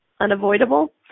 unavoidable